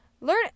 learn